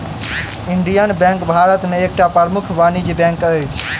Indian bank Bharat में एकटा प्रमुख वाणिज्य बैंक अछि